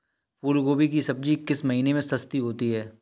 फूल गोभी की सब्जी किस महीने में सस्ती होती है?